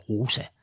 Rosa